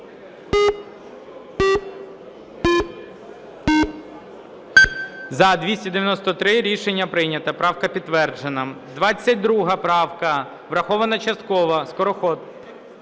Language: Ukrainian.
За-293 Рішення прийнято. Правка підтверджена. 22 правка. Врахована частково. Скороход.